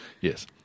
Yes